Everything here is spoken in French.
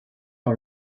par